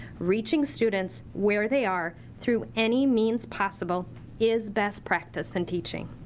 reaching students where they are through any means possible is best practice in teaching.